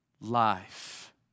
life